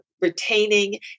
retaining